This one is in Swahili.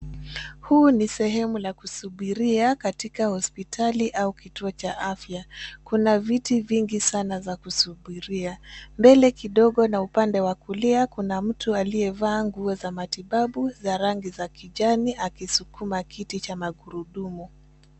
Huu ni sehemu la kusubiria katika hospitali au kituo cha afya. Kuna viti vingi sana za kusubiria. Mbele kidogo na upande wa kulia, kuna mtu aliyevaa nguo za matibabu za rangi za kijani akisukuma kiti cha magurudumu.